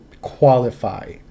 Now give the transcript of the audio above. qualify